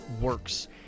works